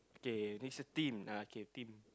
K next a team uh okay team